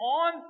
on